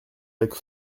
avec